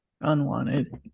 Unwanted